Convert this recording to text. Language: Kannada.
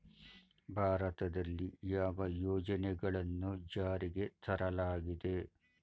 ಭಾರತದಲ್ಲಿ ಯಾವ ಯೋಜನೆಗಳನ್ನು ಜಾರಿಗೆ ತರಲಾಗಿದೆ?